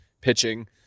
pitching